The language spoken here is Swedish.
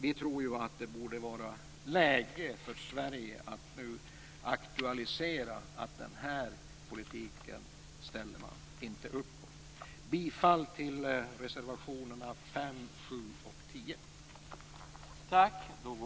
Vi tror att det nu borde vara läge för Sverige att aktualisera att man inte ställer upp på den här politiken. Jag yrkar bifall till reservationerna 5, 7 och 10.